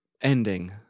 ending